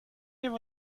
you